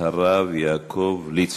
הרב יעקב ליצמן.